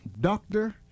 doctor